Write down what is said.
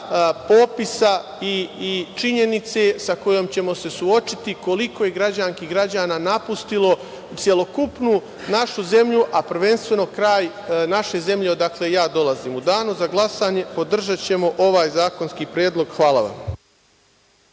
popisa i činjenice sa kojom ćemo se suočiti, koliko je građanki i građana napustilo celokupnu našu zemlju, a prvenstveno kraj naše zemlje, odakle ja dolazim. U danu za glasanje podržaćemo ovaj zakonski predlog. Hvala vam.